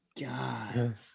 God